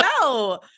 No